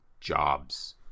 jobs